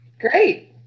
Great